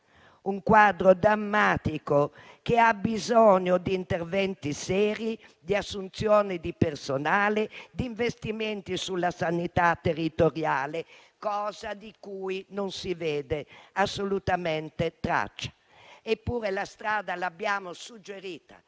un quadro drammatico, che ha bisogno di interventi seri, di assunzione di personale e di investimenti nella sanità territoriale, cosa di cui non si vede assolutamente traccia. Eppure, la strada l'abbiamo suggerita: